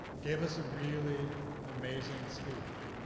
gave us a really amazing speech.